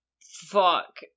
Fuck